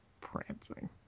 Prancing